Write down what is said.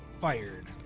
fired